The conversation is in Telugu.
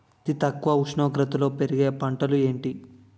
అతి తక్కువ ఉష్ణోగ్రతలో పెరిగే పంటలు ఏంటి?